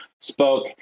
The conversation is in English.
spoke